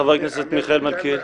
חבר הכנסת מיכאל מלכיאלי.